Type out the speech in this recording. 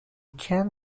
can